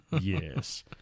Yes